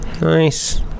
Nice